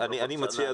אני מציע,